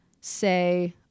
say